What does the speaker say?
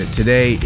Today